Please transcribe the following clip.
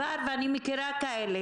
ואני מכירה כאלה,